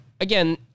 again